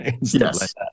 Yes